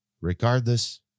Regardless